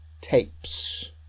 tapes